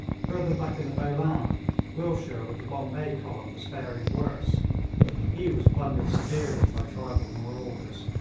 further back in the bolan willshire with the bombay column was faring worse he was plundered severely by tribal marauders.